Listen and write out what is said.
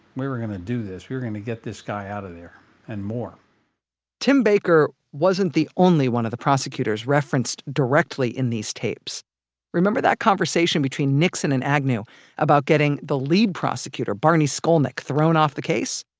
we were gonna do this. we were gonna get this guy out of there and more tim baker wasn't the only one of the prosecutors referenced directly in these tapes remember that conversation between nixon and agnew about getting the lead prosecutor barney skolnik thrown off the case?